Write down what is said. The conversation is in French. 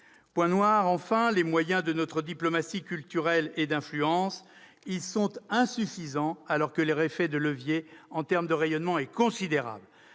Point noir, les moyens de notre diplomatie culturelle et d'influence. Ils sont insuffisants, alors que leur effet de levier en matière de rayonnement est considérable.